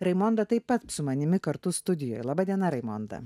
raimonda taip pat su manimi kartu studijoje laba diena raimonda